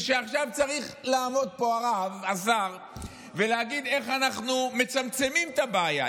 ועכשיו צריך לעמוד פה הרב ולהגיד איך אנחנו מצמצמים את הבעיה,